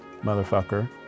motherfucker